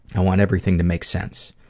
i want everything to make sense.